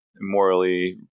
morally